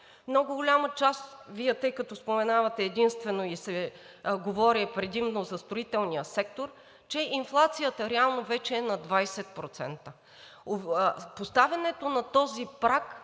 много голяма част – Вие, тъй като споменавате единствено и се говори предимно за строителния сектор, че инфлацията реално вече е над 20%. Поставянето на този праг